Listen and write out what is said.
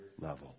level